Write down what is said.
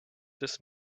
this